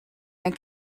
mijn